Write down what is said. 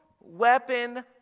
weapon